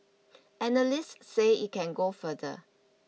analysts say it can go further